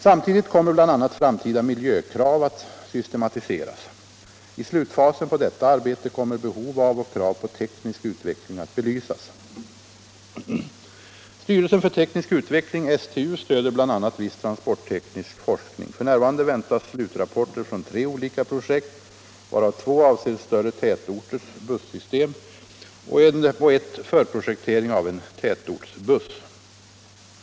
Samtidigt kommer bl.a. framtida miljökrav att systematiseras. I slutfasen på detta arbete kommer behov av och krav på teknisk utveckling att belysas. Styrelsen för teknisk utveckling, STU, stöder bl.a. viss transportteknisk forskning. F.n. väntas slutrapport från tre olika projekt, varav två avser större tätorters bussystem och ett förprojektering av en tätortsbuss.